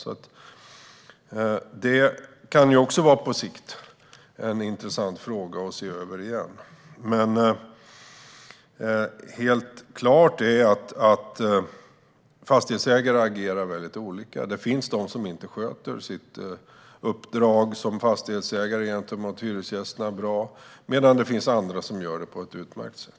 På sikt kan det vara en intressant fråga att se över igen. Helt klart är dock att fastighetsägare agerar väldigt olika. Det finns de som inte sköter sitt uppdrag som fastighetsägare gentemot hyresgästerna på ett bra sätt, medan det finns andra som gör det på ett utmärkt sätt.